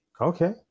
Okay